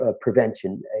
prevention